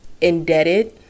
indebted